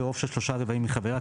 ברוב של שלושה רבעים מחבריה,